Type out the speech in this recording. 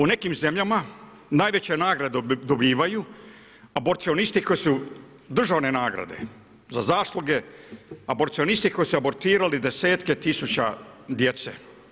U nekim zemljama najveće nagrade dobivaju a aborcionisti koji su državne nagrade za zasluge, aborcionisti koji su abortirali desetke tisuća djece.